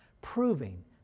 Proving